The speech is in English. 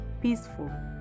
peaceful